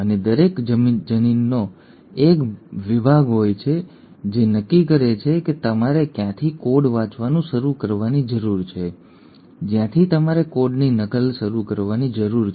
અને દરેક જનીનનો એક વિભાગ હોય છે જે નક્કી કરે છે કે તમારે ક્યાંથી કોડ વાંચવાનું શરૂ કરવાની જરૂર છે જ્યાંથી તમારે કોડની નકલ શરૂ કરવાની જરૂર છે